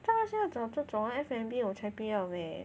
真的是这种这种 F&B 我才不要 eh